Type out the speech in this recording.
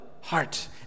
heart